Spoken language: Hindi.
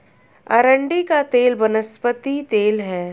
अरंडी का तेल वनस्पति तेल है